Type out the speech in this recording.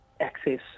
access